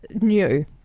new